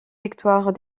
victoire